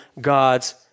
God's